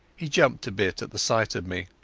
he jumped a bit at the sight of me.